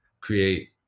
create